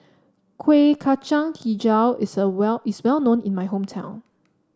Kueh Kacang hijau is a well is well known in my hometown